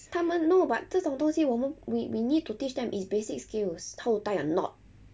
他们 no but 这种东西我们 we we need to teach them it's basic skills how to tie a knot